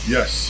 Yes